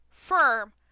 firm